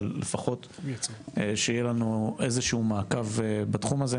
אבל לפחות שיהיה לנו איזה מעקב בתחום הזה,